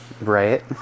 Right